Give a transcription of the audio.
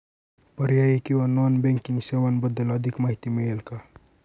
पर्यायी किंवा non banking सेवांबद्दल अधिक माहिती मिळेल का?